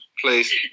please